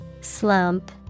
Slump